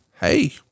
Hey